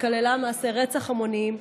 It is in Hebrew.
שכללה מעשי רצח המוניים,